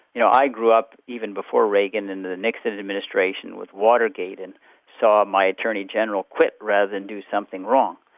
you know i grew up even before reagan in the nixon administration with watergate and saw my attorney-general quit rather than do something wrong.